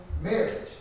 marriage